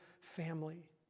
family